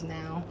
now